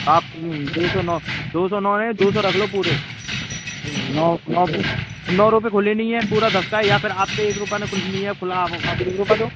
आपकी दो सौ नौ दो सौ नौ है दो सौ रख लो पूरे नौ नौ नौ रूपए खुले नहीं है पूरा दस का ही है या फिर आप पे एक रुपए न नी है खुला आप एक रुपए दो